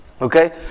Okay